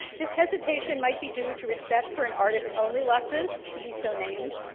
this hesitation might be due to respect for an artist own reluctance to be so named,